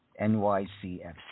NYCFC